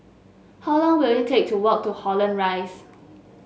how long will it take to walk to Holland Rise